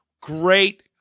Great